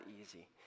easy